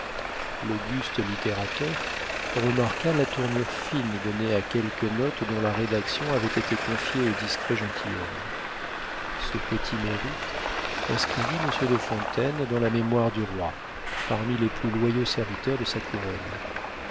l'auguste littérateur remarqua la tournure fine donnée à quelques notes dont la rédaction avait été confiée au discret gentilhomme ce petit mérite inscrivit monsieur de fontaine dans la mémoire du roi parmi les plus loyaux serviteurs de sa couronne